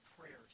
prayers